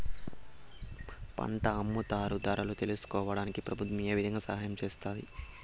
పంట అమ్ముతారు ధరలు తెలుసుకోవడానికి ప్రభుత్వం ఏ విధంగా సహాయం చేస్తుంది?